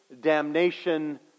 damnation